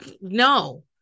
no